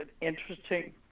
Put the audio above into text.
interesting